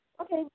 Okay